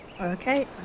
Okay